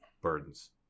burdens